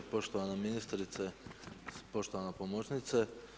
Poštovana ministrice, poštovana pomoćnice.